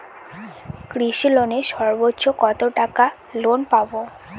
কৃষি লোনে সর্বোচ্চ কত টাকা লোন পাবো?